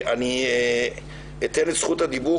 אני אתן את זכות הדיבור,